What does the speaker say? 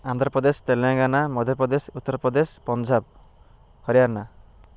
Andhra Pradesh Telangana Madhya Pradesh Uttar Pradesh Punjab Haryana